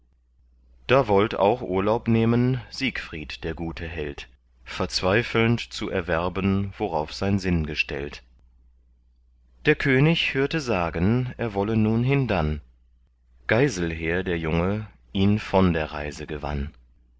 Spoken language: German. da wollt auch urlaub nehmen siegfried der gute held verzweifelnd zu erwerben worauf sein sinn gestellt der könig hörte sagen er wolle nun hindann geiselher der junge ihn von der reise gewann